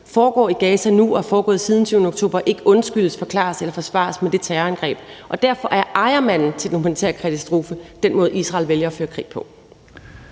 foregår i Gaza nu og er foregået siden den 7. oktober, ikke undskyldes, forklares eller forsvares med det terrorangreb. Derfor er ejermanden til den humanitære katastrofe den måde, Israel vælger at føre krig på.